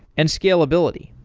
and scalability.